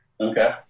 Okay